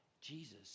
Jesus